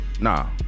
Nah